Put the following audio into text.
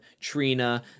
Trina